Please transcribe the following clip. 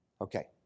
Okay